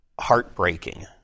heartbreaking